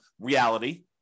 reality